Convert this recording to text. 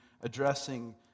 addressing